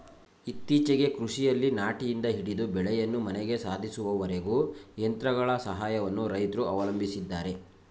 ಇತ್ತೀಚೆಗೆ ಕೃಷಿಯಲ್ಲಿ ನಾಟಿಯಿಂದ ಹಿಡಿದು ಬೆಳೆಯನ್ನು ಮನೆಗೆ ಸಾಧಿಸುವವರೆಗೂ ಯಂತ್ರಗಳ ಸಹಾಯವನ್ನು ರೈತ್ರು ಅವಲಂಬಿಸಿದ್ದಾರೆ